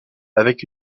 avec